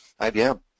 IBM